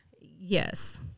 Yes